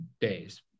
days